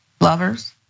Lovers